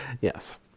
yes